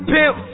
Pimp